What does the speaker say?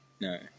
No